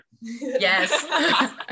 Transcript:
Yes